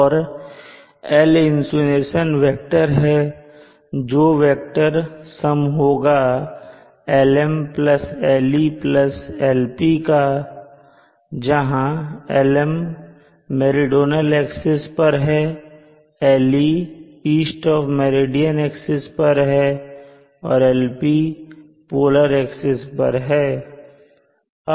और L insulation vector है जो वेक्टर सम होगा Lm Le Lp का जहां Lm मेरीडोनल एक्सिस पर है Le east of meridian axis पर है और Lp पोलर एक्सिस पर है